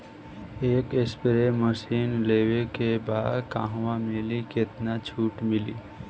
एक spray machine लेवे के बा कहवा मिली केतना छूट मिली?